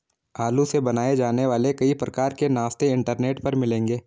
आलू से बनाए जाने वाले कई प्रकार के नाश्ते इंटरनेट पर मिलेंगे